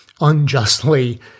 unjustly